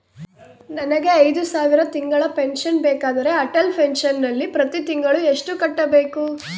ನನಗೆ ಐದು ಸಾವಿರ ತಿಂಗಳ ಪೆನ್ಶನ್ ಬೇಕಾದರೆ ಅಟಲ್ ಪೆನ್ಶನ್ ನಲ್ಲಿ ಪ್ರತಿ ತಿಂಗಳು ಎಷ್ಟು ಕಟ್ಟಬೇಕು?